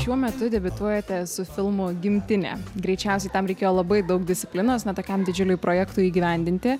šiuo metu debiutuojate su filmu gimtinė greičiausiai tam reikėjo labai daug disciplinos na tokiam didžiuliui projektui įgyvendinti